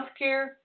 healthcare